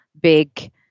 big